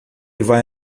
vai